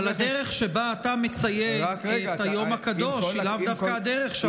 אבל הדרך שבה אתה מציין את היום הקדוש היא לאו דווקא הדרך של המפונים.